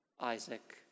Isaac